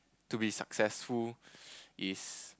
to be successful is